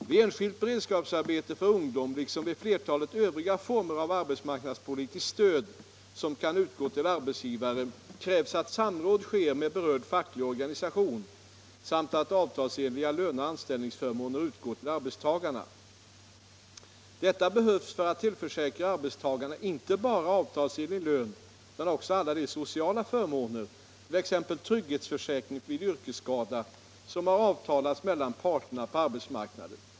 Vid enskilt beredskapsarbete för ungdom, liksom vid flertalet övriga former av arbetsmarknadspolitiskt stöd som kan utgå till arbetsgivare, krävs att samråd sker med berörd facklig organisation samt att avtalsenliga löneoch anställningsförmåner utgår till arbetstagarna. Detta behövs för att tillförsäkra arbetstagarna inte bara avtalsenlig lön utan också alla de sociala förmåner — t.ex. trygghetsförsäkringen vid yrkesskada - som har avtalats mellan parterna på arbetsmarknaden.